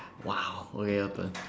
!wow! okay your turn